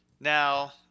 Now